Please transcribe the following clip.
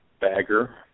bagger